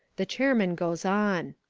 the chairman goes on